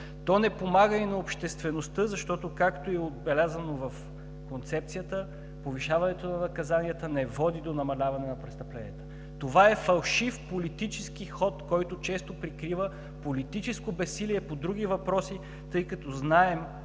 То не помага и на обществеността, защото, както е отбелязано в Концепцията, повишаването на наказанията не води до намаляване на престъпленията. Това е фалшив политически ход, който често прикрива политическо безсилие по други въпроси. Знаем,